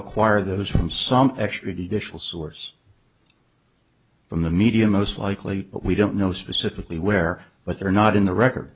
acquire those from some extrajudicial source from the media most likely but we don't know specifically where but they're not in the record